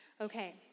Okay